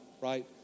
right